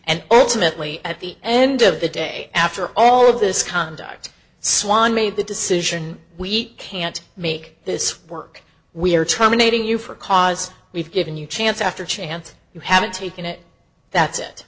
and ultimately at the end of the day after all of this conduct swan made the decision we can't make this work we are terminating you for cause we've given you chance after chance you haven't taken it that's it